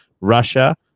Russia